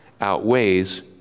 outweighs